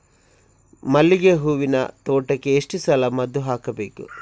ಮಲ್ಲಿಗೆ ಹೂವಿನ ತೋಟಕ್ಕೆ ಎಷ್ಟು ಸಲ ಮದ್ದು ಹಾಕಬೇಕು?